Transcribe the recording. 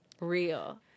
real